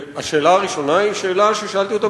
השאלה הראשונה היא שאלה ששאלתי אותה בכל הרצינות.